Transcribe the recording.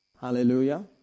Hallelujah